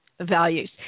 values